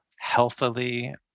healthily